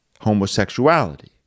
homosexuality